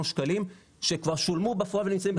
שקלים שכבר שולמו בפועל ונמצאים בחשבונות.